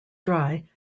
dry